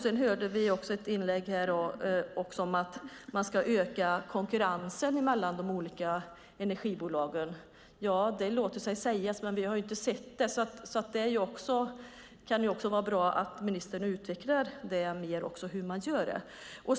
Vi hörde i ett inlägg här om att man ska öka konkurrensen mellan de olika energibolagen. Ja, det låter sig sägas, men vi har inte sett det. Det kan vara bra att ministern utvecklar mer hur man gör det.